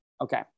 okay